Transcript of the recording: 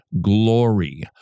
glory